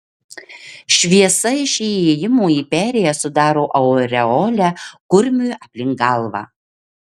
šviesa iš įėjimo į perėją sudaro aureolę kurmiui aplink galvą